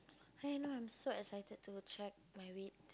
hey now I'm so excited to check my weight